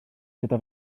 gyda